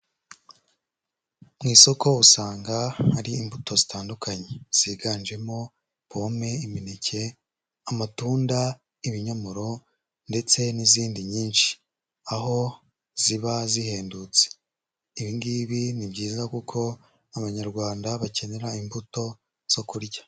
Mu isoko usanga hari imbuto zitandukanye ziganjemo pome, imineke, amatunda, ibinyomoro ndetse n'izindi nyinshi aho ziba zihendutse, ibi ngibi ni byiza kuko abanyarwanda bakenera imbuto zo kurya.